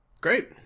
Great